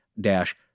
dash